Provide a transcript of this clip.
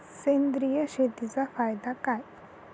सेंद्रिय शेतीचा फायदा काय?